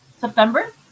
September